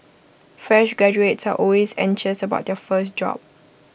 fresh graduates are always anxious about their first job